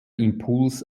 impuls